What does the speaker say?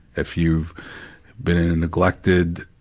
if you've been in a neglected